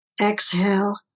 exhale